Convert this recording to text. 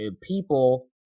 people